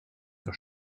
der